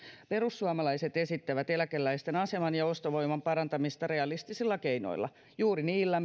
perussuomalaiset esittävät eläkeläisten aseman ja ostovoiman parantamista realistisilla keinoilla juuri niillä